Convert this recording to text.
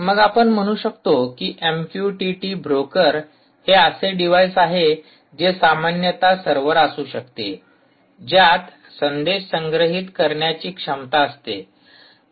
मग आपण म्हणू शकतो की एमक्यूटीटी ब्रोकर हे असे डिव्हाइस आहे जे सामान्यत सर्व्हर सारखे असू शकते ज्यात संदेश संग्रहित करण्याची क्षमता असते